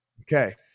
Okay